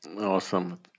awesome